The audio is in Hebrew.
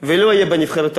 ולא אהיה בנבחרת האולימפית.